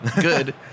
good